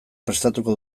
prestatuko